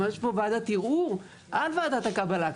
ממש כמו ועדת ערעור על ועדת הקבלה.